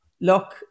look